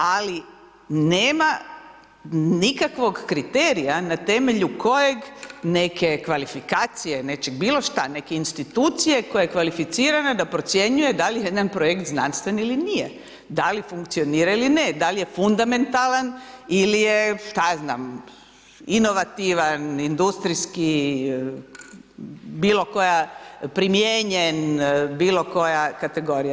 Ali nema nikakvog kriterija na temelju kojeg neke kvalifikacije, nečeg bilo šta, neka institucija koja je kvalificirana da procjenjuje da li je jedan projekt znanstven ili nije, da li funkcionira ili ne, da li je fundamentalan ili je šta ja znam inovativan, industrijski, bilo koja primijenjen, bilo koja kategorija.